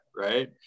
Right